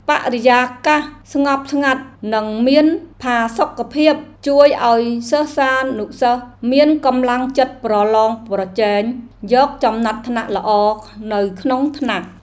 បរិយាកាសស្ងប់ស្ងាត់និងមានផាសុកភាពជួយឱ្យសិស្សានុសិស្សមានកម្លាំងចិត្តប្រឡងប្រជែងយកចំណាត់ថ្នាក់ល្អនៅក្នុងថ្នាក់។